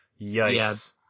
Yikes